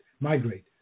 migrate